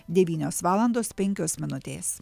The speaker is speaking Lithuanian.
devynios valandos penkios minutės